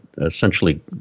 essentially